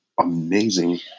amazing